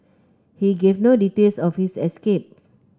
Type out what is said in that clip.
he gave no details of his escape